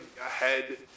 Ahead